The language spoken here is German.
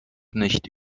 nicht